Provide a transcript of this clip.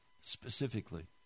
specifically